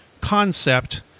concept